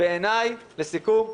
לסיכום,